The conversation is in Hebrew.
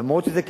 למרות שזה קיים,